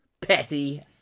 petty